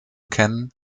kennen